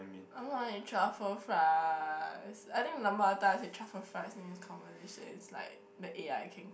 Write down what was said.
I want eat truffle fries I think the number I said truffle fries in this conversation is like the a_i can